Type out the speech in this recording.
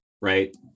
right